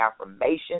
affirmation